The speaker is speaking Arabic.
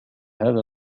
هذا